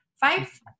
Five